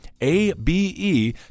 A-B-E